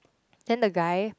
then the guy